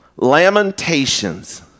Lamentations